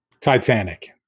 titanic